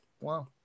Wow